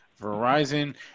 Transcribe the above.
verizon